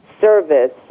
service